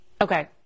okay